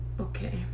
Okay